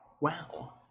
Wow